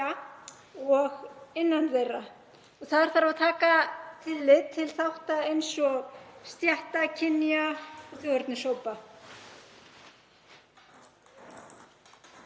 og innan þeirra. Þar þarf að taka tillit til þátta eins og stétta, kynja og þjóðernishópa.